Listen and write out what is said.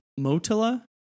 Motila